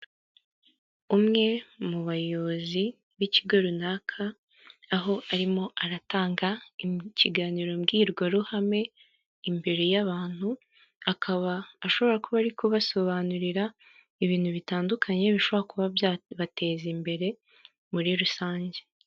Umwe mu bayobozi b'ikigo runaka aho arimo aratanga ikiganiro mbwirwaruhame imbere y'abantu, akaba ashobora kuba ari kubasobanurira ibintu bitandukanye bishobora kuba byabateza imbere muri rusange.